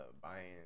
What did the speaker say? buying